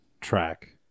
track